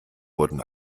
wurden